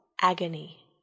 agony